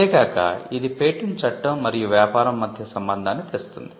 అంతే కాక ఇది పేటెంట్ చట్టం మరియు వ్యాపారం మధ్య సంబంధాన్ని తెస్తుంది